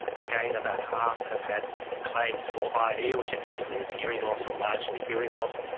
again, about half have had claims for eye and ear, which effectively is hearing loss or largely hearing loss.